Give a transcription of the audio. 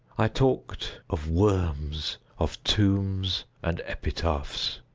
i talked of worms, of tombs, and epitaphs.